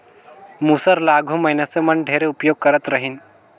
मूसर ल आघु मइनसे मन ढेरे उपियोग करत रहिन